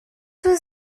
was